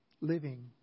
living